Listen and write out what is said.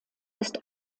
ist